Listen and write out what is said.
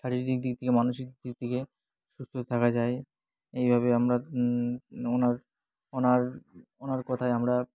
শারীরিক দিক থেকে মানসিক দিক থেকে সুস্থ থাকা যায় এইভাবে আমরা ওনার ওনার ওনার কথায় আমরা